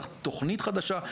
צריך תוכנית חדשה,